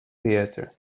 theatre